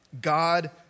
God